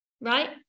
Right